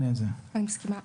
אני מסכימה.